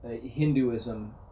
Hinduism